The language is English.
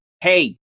hey